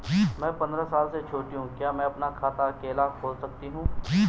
मैं पंद्रह साल से छोटी हूँ क्या मैं अपना खाता अकेला खोल सकती हूँ?